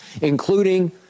including